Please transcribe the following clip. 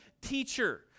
teacher